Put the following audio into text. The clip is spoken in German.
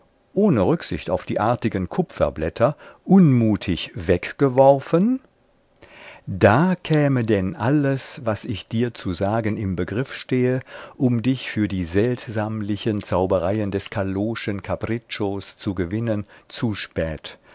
ohne rücksicht auf die artigen kupferblätter unmutig weggeworfen da käme denn alles was ich dir zu sagen im begriff stehe um dich für die seltsamlichen zaubereien des callotschen capriccios zu gewinnen zu spät